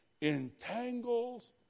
entangles